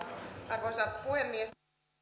arvoisa puhemies mitä tulee näiden